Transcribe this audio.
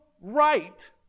right